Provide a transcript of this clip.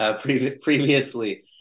previously